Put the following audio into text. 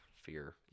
fear